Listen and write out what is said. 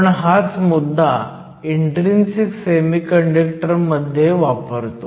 आपण हाच मुद्दा इन्ट्रीन्सिक सेमीकंडक्टर मध्ये वापरतो